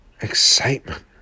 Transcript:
excitement